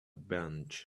bench